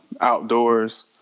outdoors